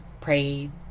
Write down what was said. prayed